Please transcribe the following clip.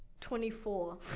Twenty-four